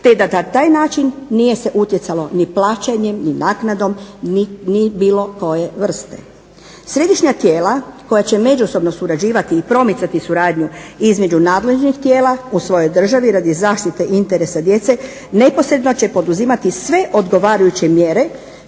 da na taj način nije se utjecalo ni plaćanjem, ni naknadom ni bilo koje vrste. Središnja tijela koja će međusobno surađivati i promicati suradnju između nadležnih tijela u svojoj državi radi zaštite interesa djece neposredno će poduzimati sve odgovarajuće mjere